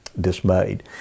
dismayed